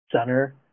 center